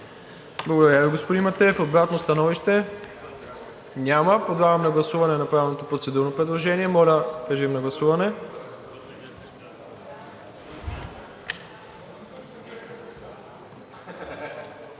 Благодаря Ви, господин Матеев. Обратно становище? Няма. Подлагам на гласуване направеното процедурно предложение. Гласували